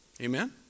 Amen